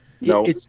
No